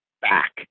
back